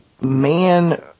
man